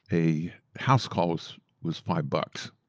a house call was was five but